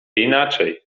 inaczej